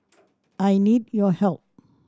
I need your help